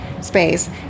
space